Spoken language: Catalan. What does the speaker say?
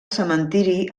cementiri